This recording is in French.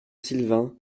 silvain